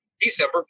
December